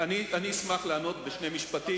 אשמח לענות בשני משפטים.